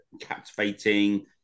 captivating